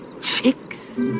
Chicks